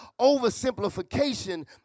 oversimplification